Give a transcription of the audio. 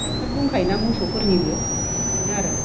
doctor दंखायो ना मोसौफोरनिबो बिनो आरो